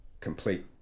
complete